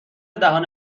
دهن